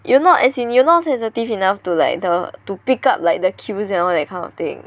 you're not as in you're not sensitive enough to like the to pick up like the cues and all that kind of thing